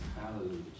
Hallelujah